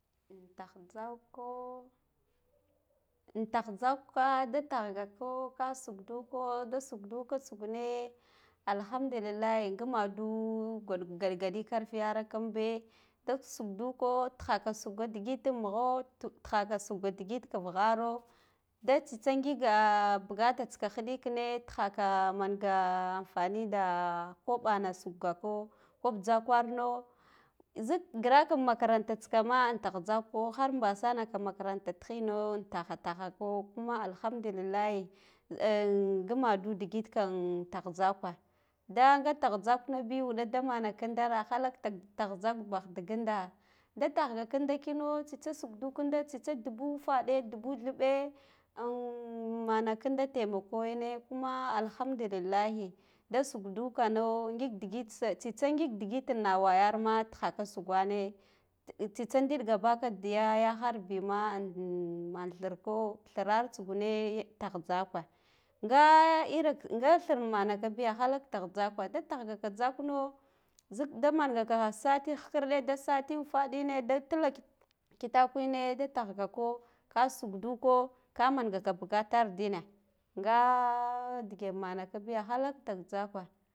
In tah tzak ko in tah tzak ka da tah ghako ka sukduk o da sukduka tsugune alhamdullilahi inghamadu galgaɗi karfiyarankambe da shukda ko tighaka shuga dikit mugho tihaka shukga digit ka vugharo da tsitsa ngigaa bugata tsika hidikane tighaka manga anfanida koɓana shukga ko kob tzaka warna zik ngirak makaranta tsika ma an tah tzako har mbasonaka makaranta tihino an taha, taha ko kuma alhamdullillahi em ngimadu digit ka an tah tzakwa da nga tah tzakna bi wuɗa da mana nkidara halala tah tzala nan ndiginda da tah gha kida kina tsitsa ghukdu kinndo tsitsa dubu ufad dubu theɓɓe ann mana kidda temoko ine kuma alhamdullillahi da shulka uka no ngik digit, tsa, tsitsa ngik digit na wayarma ntigha ka shugane tsa ndilka baka diya yaha bima amn man thir ko thirar tsugne tah tzakwa nga irak, nga thir makabiya halak tah tzakwa da tahga takna zila da mangaka saji hikkirɗe da sari wufadine da tila kifakwene da tahga koo ka shukduko ka mangaka bugatardina gaa dighemanak a biya halak tah tzakwa